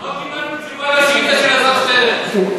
לא קיבלנו תשובה על השאילתה של אלעזר שטרן.